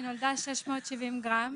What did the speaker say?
היא נולדה 670 גרם,